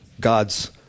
God's